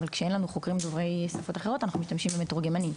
אבל כשאין לנו חוקרים דוברי שפות אחרות אנחנו משתמשים במתורגמנים.